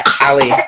Ali